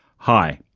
hi,